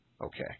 Okay